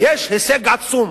יש הישג עצום: